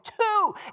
Two